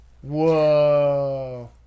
Whoa